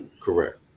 correct